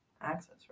access